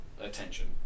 attention